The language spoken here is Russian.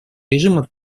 режима